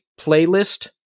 playlist